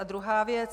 A druhá věc.